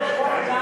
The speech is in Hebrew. יש פה הצעה,